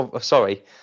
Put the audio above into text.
Sorry